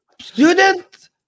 students